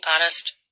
honest